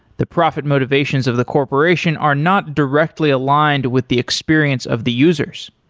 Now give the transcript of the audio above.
the profit motivations of the corporation are not directly aligned with the experience of the users.